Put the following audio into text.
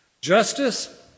Justice